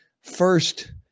first